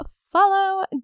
follow